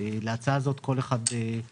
להצעה הזאת בדיון הקודם - כל אחד מסיבותיו.